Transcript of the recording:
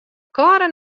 kâlde